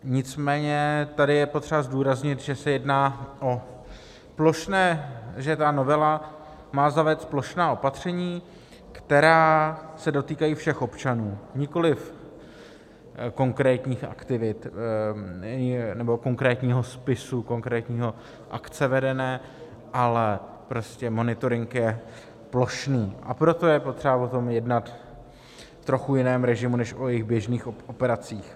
Nicméně tady je potřeba zdůraznit, že se jedná o plošné... že ta novela má zavést plošná opatření, která se dotýkají všech občanů, nikoliv konkrétních aktivit nebo konkrétního spisu, konkrétní akce vedené, ale prostě monitoring je plošný, a proto je potřeba o tom jednat v trochu jiném režimu než o jejich běžných operacích.